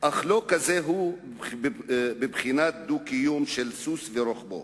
אך לא כזה שהוא בבחינת דו-קיום של סוס ורוכבו.